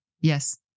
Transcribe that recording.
Yes